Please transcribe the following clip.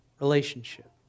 relationship